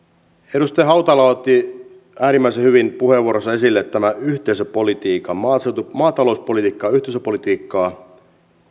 edustaja hautala otti äärimmäisen hyvin puheenvuorossaan esille tämän yhteisöpolitiikan maatalouspolitiikka on yhteisöpolitiikkaa